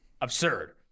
absurd